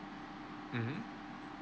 mmhmm